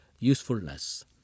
usefulness